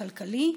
הכלכלי.